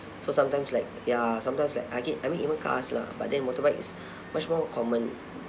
so sometimes like ya sometimes like I get I mean even cars lah but then motorbike is much more common